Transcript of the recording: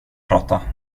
prata